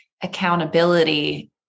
accountability